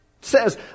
says